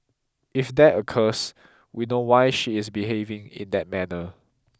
if that occurs we know why she is behaving in that manner